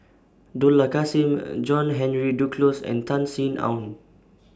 Dollah Kassim John Henry Duclos and Tan Sin Aun